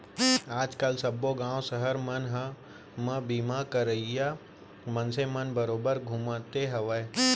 आज काल सब्बो गॉंव सहर मन म बीमा करइया मनसे मन बरोबर घूमते हवयँ